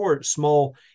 small